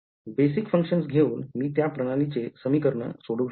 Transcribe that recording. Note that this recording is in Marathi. बेसिक functions घेऊन मी त्या प्रणालीचे समीकरणं सोडवू शकतो